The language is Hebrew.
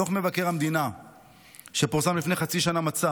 דוח מבקר המדינה שפורסם לפני חצי שנה מצא